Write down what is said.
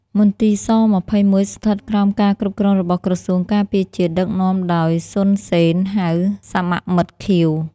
មន្ទីរស-២១ ស្ថិតក្រោមការគ្រប់គ្រងរបស់ក្រសួងការពារជាតិដឹកនាំដោយ សុន សេន ហៅ សមមិត្តខៀវ។